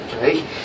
Right